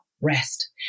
rest